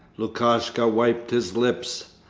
lukashka wiped his lips,